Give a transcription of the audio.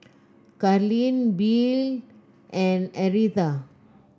Carleen Billye and Aretha